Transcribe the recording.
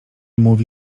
mówi